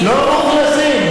לא מאוכלסים.